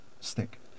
stick